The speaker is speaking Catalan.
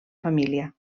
família